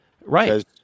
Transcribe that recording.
Right